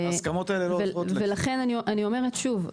ולכן אני אומרת שוב,